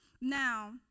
now